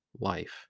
life